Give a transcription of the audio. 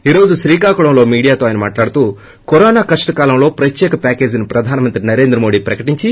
ఈ రోజు శ్రీకాకుళంలో మీడియాతో ఆయన మాట్లాడుతూ కరోనా కష్ట కాలంలో ప్రత్యేక ప్యాకేజీని ప్రధానమంత్రి నరేంద్ర మోడీ ప్రకటించి